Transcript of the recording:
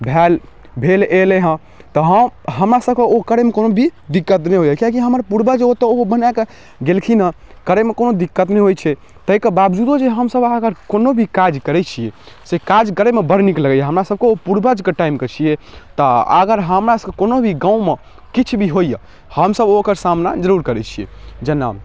भैल भेल अएलै हँ तऽ हम हमरासभके ओ करैमे कोनो भी दिक्कत नहि होइए किएकि हमर पूर्वज ओतऽ ओ बनाकऽ गेलखिन हँ करैमे कोनो दिक्कत नहि होइ छै ताहिके बावजूदो जे हमसभ अगर कोनो भी काज करै छिए से काज करैमे बड़ नीक लगैए हमरासभके ओ पूर्वजके टाइमके छिए तऽ अगर हमरासभके कोनो भी गाममे किछु भी होइए हमसभ ओकर सामना जरूर करै छिए जेना